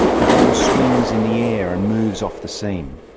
the ball swings in the air and moves off the seam.